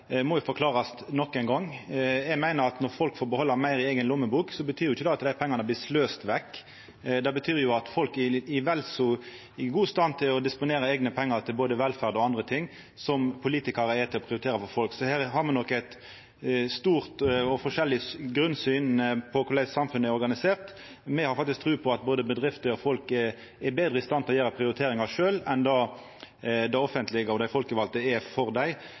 må forklarast nok ein gong. Eg meiner at om folk får behalda meir i si eiga lommebok, betyr ikkje det at dei pengane blir sløste vekk. Det betyr at folk er i vel så god stand til å disponera eigne pengar til både velferd og andre ting som politikarane er til å prioritera for folk. Så her har me forskjellig grunnsyn når det gjeld korleis samfunnet er organisert. Me har faktisk tru på at både bedrifter og folk er betre i stand til å gjera prioriteringar sjølve, enn det det offentlege og dei folkevalde er for dei.